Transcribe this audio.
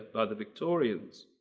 by the victorians.